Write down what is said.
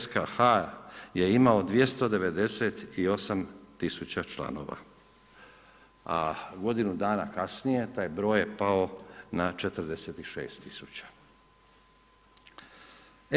SKH je imao 298.000 članova, a godinu dana kasnije taj broj je pao na 46.000.